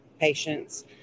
patients